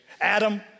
Adam